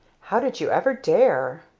how did you ever dare?